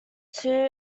two